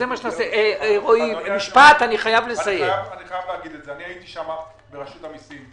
הייתי ברשות המיסים.